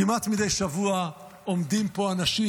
כמעט מדי שבוע עומדים פה אנשים,